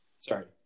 sorry